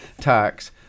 tax